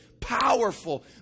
Powerful